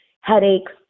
headaches